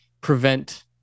prevent